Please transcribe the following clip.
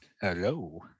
Hello